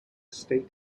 state